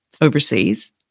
overseas